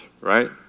right